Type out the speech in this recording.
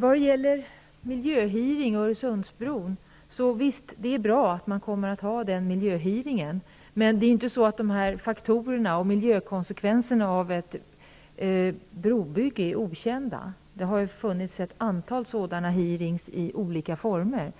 Fru talman! Visst är det bra att man kommer att ha denna miljöhearing om Öresundsbron. Men miljökonsekvenserna av ett brobygge är inte okända. Det har hållits ett antal sådana hearingar i olika former.